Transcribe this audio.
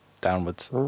downwards